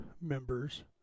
members